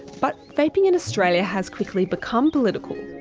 but vaping in australia has quickly become political.